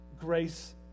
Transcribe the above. Grace